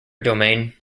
domain